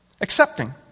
Accepting